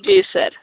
जी sir